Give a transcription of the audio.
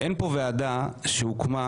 אין פה ועדה שהוקמה